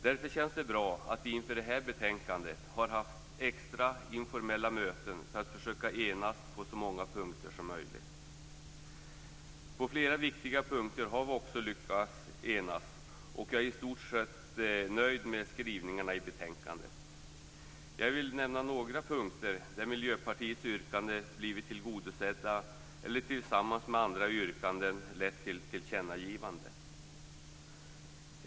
Därför känns det bra att vi inför detta betänkande har haft extra informella möten för att försöka enas på så många punkter som möjligt. Vi har också lyckats enas på flera viktiga punkter. Jag är i stort sett nöjd med skrivningarna i betänkandet. Jag vill nämna några punkter där Miljöpartiets yrkanden har blivit tillgodosedda eller tillsammans med andra yrkanden lett till ett tillkännagivande.